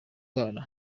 gake